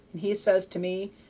and he says to me,